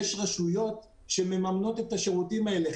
יש רשויות שמממנות את השירותים האלה.